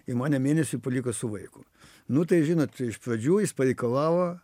i mane mėnesiui paliko su vaiku nu tai žinot iš pradžių jis pareikalavo